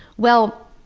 well,